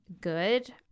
good